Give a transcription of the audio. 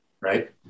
right